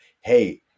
hey